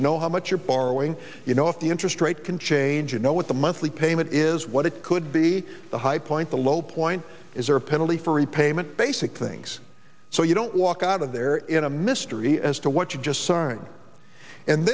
you know how much you're borrowing you know if the interest rate can change you know what the monthly payment is what it could be the high point the low point is there a penalty for repayment basic things so you don't walk out of there in a mystery as to what you just signed and